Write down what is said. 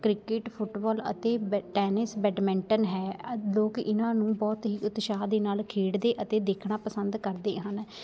cricket football ਅਤੇ ਬ tennis badminton ਹੈ ਆ ਲੋਕ ਇਹਨਾਂ ਨੂੰ ਬਹੁਤ ਹੀ ਉਤਸ਼ਾਹ ਦੇ ਨਾਲ ਖੇਡਦੇ ਅਤੇ ਦੇਖਣਾ ਪਸੰਦ ਕਰਦੇ ਹਨ